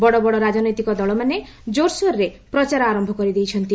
ବଡ଼ ବଡ଼ ରାଜନୈତିକ ଦଳମାନେ କୋର୍ସୋର୍ରେ ପ୍ରଚାର ଆରମ୍ଭ କରିଦେଇଛନ୍ତି